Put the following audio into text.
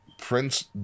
Prince